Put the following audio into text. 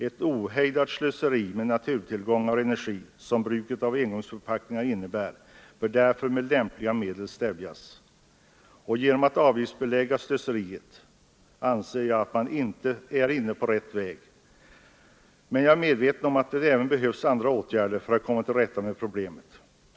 Ett ohejdat slöseri med naturtillgångar och energi, vilket bruket av engångsförpackningar innebär, bör därför med lämpliga medel stävjas. Genom att avgiftsbelägga slöseriet anser jag att man är inne på rätt väg. Men jag är medveten om att det behövs även andra åtgärder för att komma till rätta med problemet.